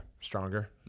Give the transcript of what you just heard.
Stronger